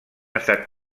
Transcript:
estat